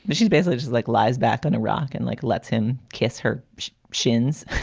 but she's basically just like lies back on a rock and like lets him kiss her shins.